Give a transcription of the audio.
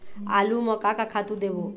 आलू म का का खातू देबो?